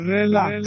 Relax